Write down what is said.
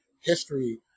history